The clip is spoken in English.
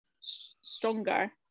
stronger